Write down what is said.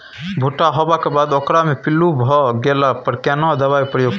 भूट्टा होबाक बाद ओकरा मे पील्लू भ गेला पर केना दबाई प्रयोग करू?